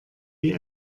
wie